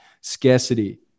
scarcity